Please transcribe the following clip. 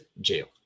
jail